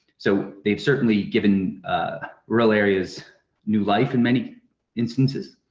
so they've certainly given rural areas new life in many instances.